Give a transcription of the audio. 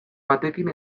batekin